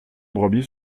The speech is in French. brebis